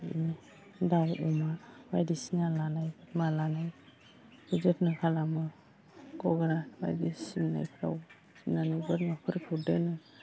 बिदिनो दाउ अमा बायदिसिना लानाय मा लानाय जतन' खालामो गग्रा बायदि सिबनायफोराव जुनानै बोरमाफोरखौ दोनो